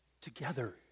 together